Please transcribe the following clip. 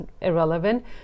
irrelevant